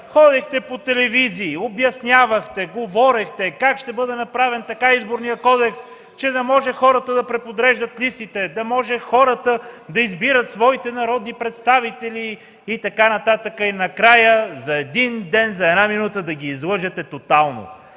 Ходихте по телевизии, обяснявахте, говорехте как ще бъде направен така Изборният кодекс, че да може хората да преподреждат листите, да може хората да избират своите народни представители и т.н. И накрая за един ден, за една минута да ги излъжете тотално.